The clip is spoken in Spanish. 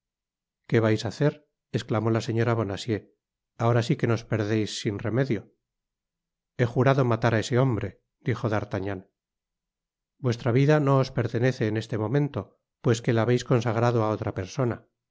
que vais á hacer esclamó la señora bonacieux ahora sí que nos perdeis sin remedio i he jurado matar á ese hombre dijo dartagnan vuestra vida no os pertenece en este momento pues que la habeis consagrado á otra persona